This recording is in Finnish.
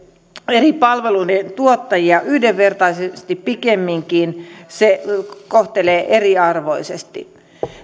eri palveluiden tuottajia yhdenvertaisesti pikemminkin se kohtelee eriarvoisesti